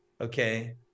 okay